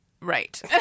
Right